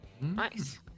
nice